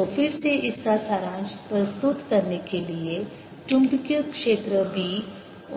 तो फिर से इसका सारांश प्रस्तुत करने के लिए चुंबकीय क्षेत्र B